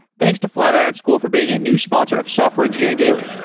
thanks to flat iron school for being a new sponsor of software engineering daily